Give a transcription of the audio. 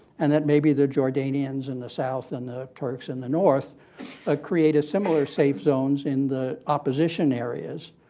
and that maybe the jordanians in the south and the turks in the north ah create a similar safe zones in the opposition areas.